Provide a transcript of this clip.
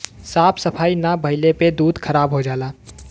साफ सफाई ना भइले पे दूध खराब हो जाला